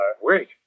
Wait